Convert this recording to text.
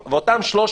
כמה חום יש לאותם 300?